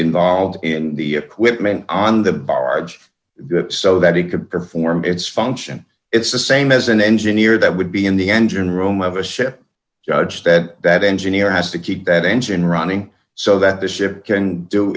involved in the equipment on the barge so that he could perform its function it's the same as an engineer that would be in the engine room of a ship judge said that engineer has to keep that engine running so that the ship can do